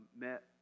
met